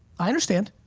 i understand.